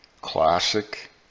classic